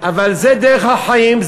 אבל זו דרך החיים,